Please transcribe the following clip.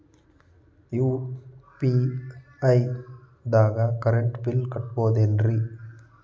UPI ದಾಗ current bill ಕಟ್ಟಬಹುದೇನ್ರಿ?